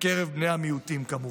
בקרב בני המיעוטים, כמובן.